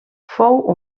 fou